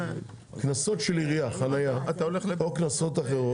בקנסות חנייה של עירייה או קנסות אחרות,